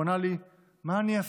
הוא ענה לי: מה אני אעשה?